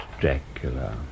Dracula